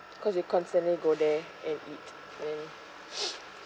cause you constantly go there and eat then